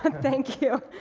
and thank you.